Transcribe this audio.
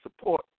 support